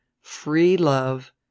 free-love